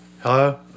hello